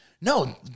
No